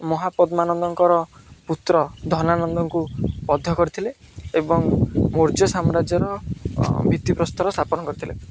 ମହାପଦ୍ମାନନ୍ଦଙ୍କର ପୁତ୍ର ଧନାନନ୍ଦଙ୍କୁ ବଧ କରିଥିଲେ ଏବଂ ମୌର୍ଯ୍ୟ ସାମ୍ରାଜ୍ୟର ଭିତ୍ତିପ୍ରସ୍ତର ସ୍ଥାପନ କରିଥିଲେ